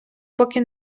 поки